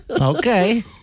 Okay